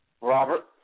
Robert